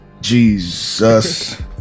Jesus